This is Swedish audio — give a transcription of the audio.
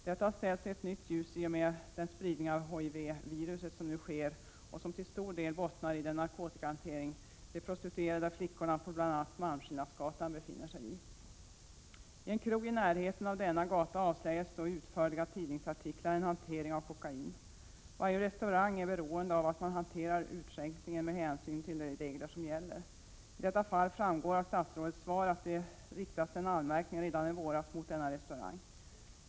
Detta har ställts i ett nytt ljus i och med den spridning av HIV-viruset som nu sker och som till stor del bottnar i den narkotikahantering de prostituerade flickorna på bl.a. Malmskillnadsgatan hamnat i. På en krog i närheten av denna gata avslöjades i utförliga tidningsartiklar en hantering av kokain. Varje restaurang är beroende av att man hanterar utskänkningen med hänsyn till de regler som gäller. I detta fall framgår av statsrådets svar att det riktats en anmärkning redan i våras mot denna restaurang.